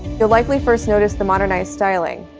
you'll likely first notice the modernized styling.